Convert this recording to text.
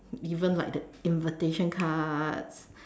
even like the invitation cards